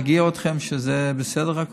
להרגיע אתכם שזה בסדר,